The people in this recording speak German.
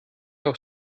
auch